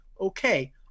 okay